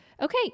okay